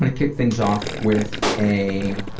and kick things off with a